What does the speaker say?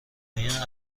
این